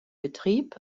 betrieb